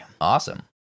Awesome